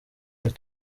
muri